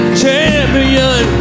champion